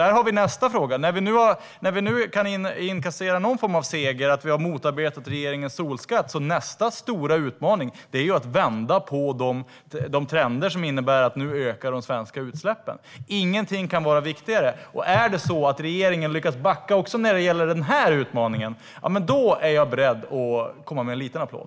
Där har vi nästa fråga. När vi nu kan inkassera någon form av seger, att vi har motarbetat regeringens solskatt, är nästa stora utmaning att vända på de trender som innebär att de svenska utsläppen nu ökar. Ingenting kan vara viktigare. Om regeringen lyckas backa också när det gäller den utmaningen är jag beredd att komma med en liten applåd.